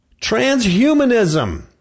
Transhumanism